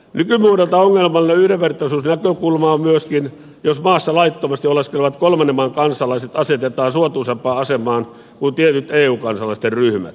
nykymuodoltaan ongelmallinen yhdenvertaisuusnäkökulma on myöskin siinä jos maassa laittomasti oleskelevat kolmannen maan kansalaiset asetetaan suotuisampaan asemaan kuin tietyt eu kansalaisten ryhmät